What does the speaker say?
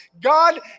God